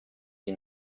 die